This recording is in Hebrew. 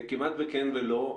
כמעט בכן ולא,